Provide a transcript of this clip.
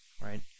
right